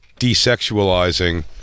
desexualizing